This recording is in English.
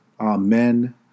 Amen